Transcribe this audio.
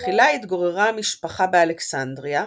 תחילה התגוררה המשפחה באלכסנדריה,